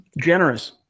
generous